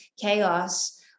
chaos